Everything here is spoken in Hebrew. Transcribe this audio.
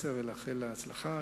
אנסטסיה ולאחל לה הצלחה.